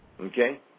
okay